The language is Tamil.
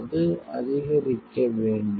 அது அதிகரிக்க வேண்டும்